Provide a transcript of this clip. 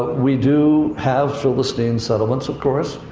we do have philistine settlements, of course.